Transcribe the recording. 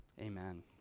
amen